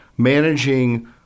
managing